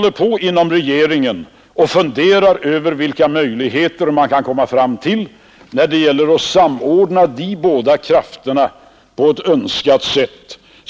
Regeringen överväger för närvarande möjligheterna att samordna dessa krafter på ett önskvärt sätt.